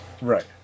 Right